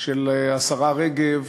של השרה רגב